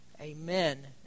Amen